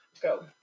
Go